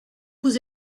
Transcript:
vous